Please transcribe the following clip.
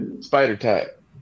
Spider-type